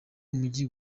umujyi